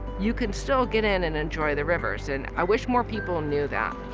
you can still get in and enjoy the rivers and i wish more people knew that.